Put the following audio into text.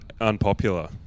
unpopular